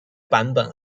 版本